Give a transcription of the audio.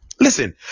Listen